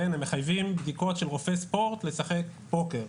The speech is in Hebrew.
הם מחייבים בדיקות של רופא ספורט לשחק פוקר.